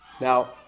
Now